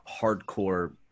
hardcore